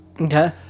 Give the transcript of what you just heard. Okay